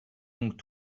donc